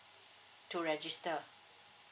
to register